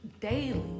daily